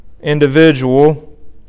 individual